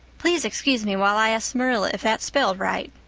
please excuse me while i ask marilla if thats spelled rite.